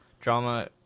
drama